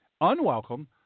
unwelcome